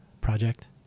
project